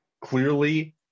clearly